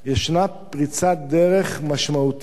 יש פריצת דרך משמעותית